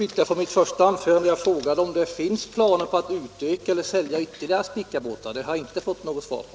I mitt första anförande frågade jag om det finns planer på att sälja ytterligare Spicabåtar. Det har jag inte fått något svar på.